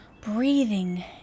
breathing